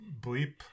bleep